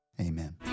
amen